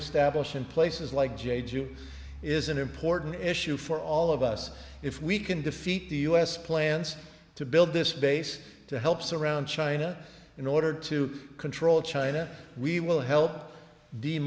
establish in places like j g is an important issue for all of us if we can defeat the us plans to build this base to help surround china in order to control china we will help de